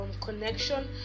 connection